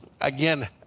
again